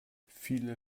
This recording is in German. viele